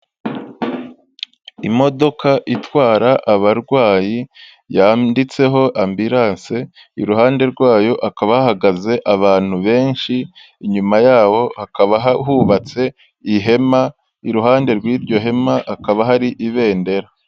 Imodoka itwara abarwayi yanditseho ambulance, iruhande rwayo akaba hahagaze abantu benshi. Inyuma yabo hakaba hubatse ihema iruhande rw'iryo hema hakaba hari ibendera.